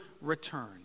return